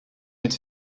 mit